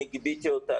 אני גיביתי אותה,